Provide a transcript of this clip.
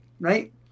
right